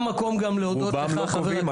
רובם לא קובעים.